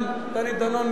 דני דנון,